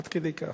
עד כדי כך.